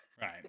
Right